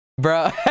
Bro